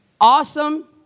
awesome